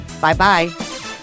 bye-bye